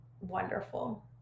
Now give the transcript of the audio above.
wonderful